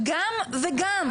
גם וגם.